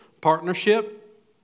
partnership